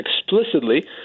explicitly